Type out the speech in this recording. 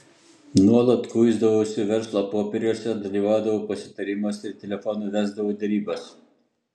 nuolat kuisdavausi verslo popieriuose dalyvaudavau pasitarimuose ir telefonu vesdavau derybas